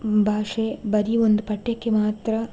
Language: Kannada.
ಭಾಷೆ ಬರೀ ಒಂದು ಪಠ್ಯಕ್ಕೆ ಮಾತ್ರ